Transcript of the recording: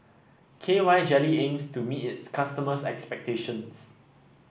K Y Jelly aims to meet its customers' expectations